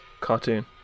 cartoon